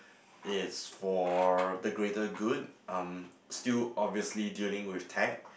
it's for the greater good um still obviously dealing with tech